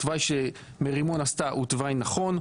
התוואי שמרימות עשתה הוא תוואי נכון,